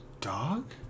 dog